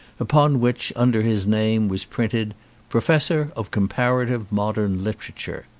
upon which under his name was printed professor of comparative modern literature.